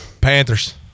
Panthers